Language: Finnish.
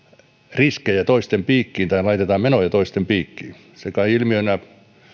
riskejä toisten piikkiin tai laitetaan menoja toisten piikkiin se kai ilmiönä